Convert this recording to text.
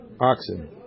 oxen